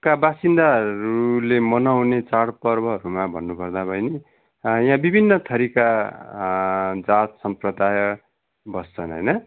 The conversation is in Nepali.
का वासिन्दाहरूले मनाउने चाडपर्वहरूमा भन्नुपर्दा बहिनी यहाँ विभिन्न थरिका जात सम्प्रदाय बस्छन् होइन